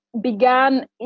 began